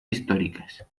históricas